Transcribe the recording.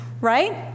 right